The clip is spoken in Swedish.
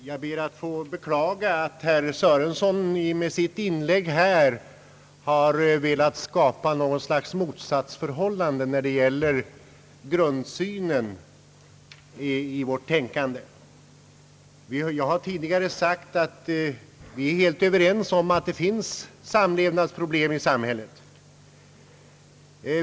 Herr talman! Jag beklagar att herr Sörenson med sitt inlägg här har velat skapa något slag av motsatsförhållande när det gäller grundsynen i vårt tänkande. Jag har tidigare framhållit att vi är helt överens om att det finns samlevynadsproblem i samhället.